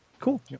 cool